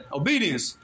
obedience